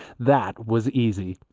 that was easy.